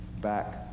back